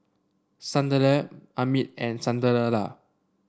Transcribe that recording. Sunderlal Amit and Sunderlal